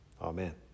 Amen